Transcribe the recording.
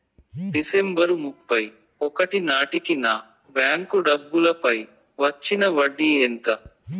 December ముప్పై ఒకటి నాటేకి నా బ్యాంకు డబ్బుల పై వచ్చిన వడ్డీ ఎంత?